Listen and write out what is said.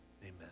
Amen